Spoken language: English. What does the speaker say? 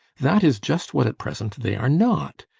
that is just what at present they are not.